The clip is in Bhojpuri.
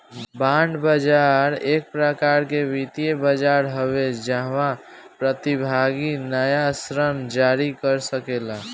बांड बाजार एक प्रकार के वित्तीय बाजार हवे जाहवा प्रतिभागी नाया ऋण जारी कर सकेला